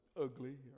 ugly